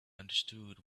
understood